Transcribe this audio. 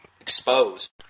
exposed